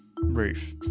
Roof